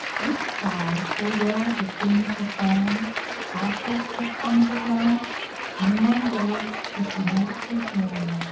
this vow full well the king perform'd after, at humbledowne in one day, fifty knights were slayne,